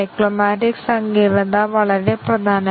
ഇപ്പോൾ BC 1 1 ഉം A 0 ഉം ആണ്